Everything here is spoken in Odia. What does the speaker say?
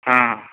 ହଁ